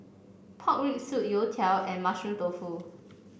Pork Rib Soup Youtiao and Mushroom Tofu